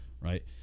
right